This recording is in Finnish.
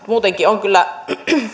muutenkin on kyllä